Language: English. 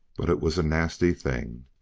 but it was a nasty thing!